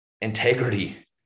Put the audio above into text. integrity